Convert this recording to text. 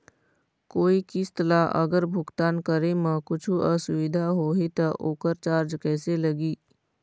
कोई किस्त ला अगर भुगतान करे म कुछू असुविधा होही त ओकर चार्ज कैसे लगी?